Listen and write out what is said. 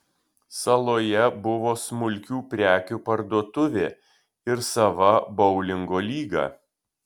saloje buvo smulkių prekių parduotuvė ir sava boulingo lyga